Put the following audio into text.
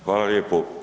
Hvala lijepo.